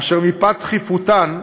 אשר מפאת דחיפותן,